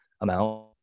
amount